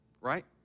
right